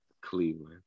Cleveland